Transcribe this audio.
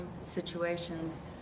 situations